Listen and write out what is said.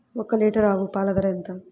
ఒక్క లీటర్ ఆవు పాల ధర ఎంత?